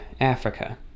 Africa